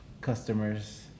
customers